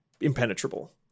impenetrable